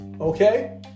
Okay